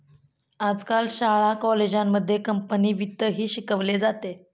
आजकाल शाळा कॉलेजांमध्ये कंपनी वित्तही शिकवले जाते